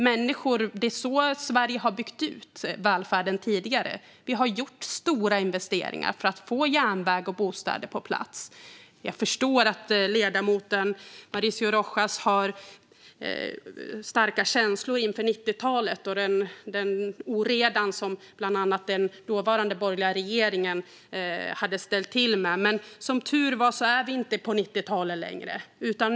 Det är också så Sverige har byggt ut välfärden tidigare: Vi har gjort stora investeringar för att få järnväg och bostäder på plats. Jag förstår att ledamoten Mauricio Rojas har starka känslor inför 90talet och den oreda som bland annat den dåvarande borgerliga regeringen hade ställt till med, men som tur är befinner vi oss inte längre på 90talet.